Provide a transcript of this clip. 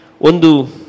Undu